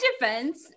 defense